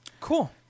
Cool